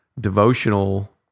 devotional